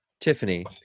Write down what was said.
tiffany